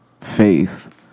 faith